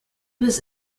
was